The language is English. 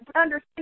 understand